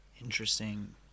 interesting